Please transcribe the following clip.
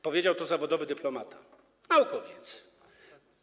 Powiedział to zawodowy dyplomata, naukowiec.